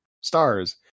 Stars